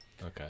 Okay